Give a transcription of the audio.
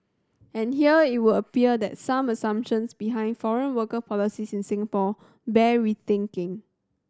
and here it would appear that some assumptions behind foreign worker policies in Singapore bear rethinking